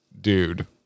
dude